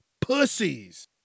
pussies